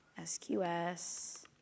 SQS